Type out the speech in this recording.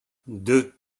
deux